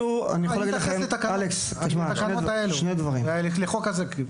אני מתייחס לתקנות האלה, בחוק הזה.